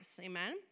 amen